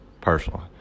personally